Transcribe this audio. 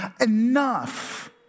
enough